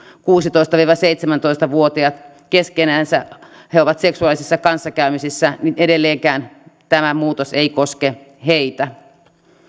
kuusitoista viiva seitsemäntoista vuotiaat keskenänsä ovat seksuaalisessa kanssakäymisessä ja edelleenkään tämä muutos ei koske heitä